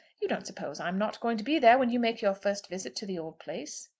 you don't suppose i'm not going to be there when you make your first visit to the old place.